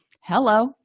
hello